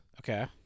Okay